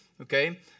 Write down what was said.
Okay